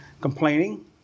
complaining